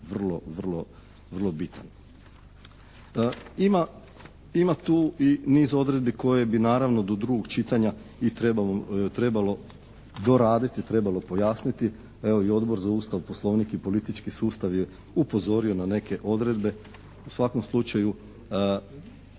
zaista vrlo vrlo bitan. Ima tu i niz odredbi koje bi naravno do drugog čitanja i trebalo doraditi, trebalo pojasniti. Evo i Odbor za Ustav, Poslovnik i politički sustav je upozorio na neke odredbe. U svakom slučaju